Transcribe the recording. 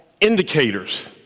indicators